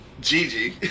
Gigi